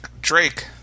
Drake